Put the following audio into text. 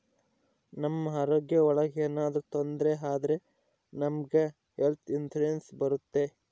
ನಮ್ ಆರೋಗ್ಯ ಒಳಗ ಏನಾದ್ರೂ ತೊಂದ್ರೆ ಆದ್ರೆ ನಮ್ಗೆ ಹೆಲ್ತ್ ಇನ್ಸೂರೆನ್ಸ್ ಬರುತ್ತೆ